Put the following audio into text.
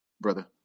brother